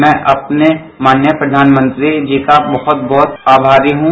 मैं अपने माननीय प्रधानमंत्री जी का बहुत बहुत आभारी हूँ